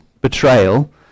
betrayal